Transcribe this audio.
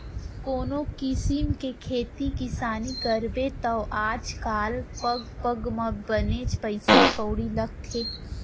कोनों किसिम के खेती किसानी करबे तौ आज काल पग पग म बनेच पइसा कउड़ी लागथे